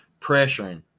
pressuring